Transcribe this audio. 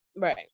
Right